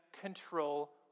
control